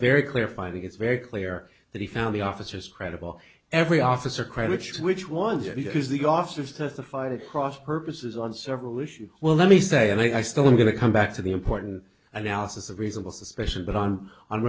very clear finding it's very clear that he found the officers credible every officer credited which one just because the officers testified to cross purposes on several issues well let me say and i still i'm going to come back to the important analysis of reasonable suspicion but on on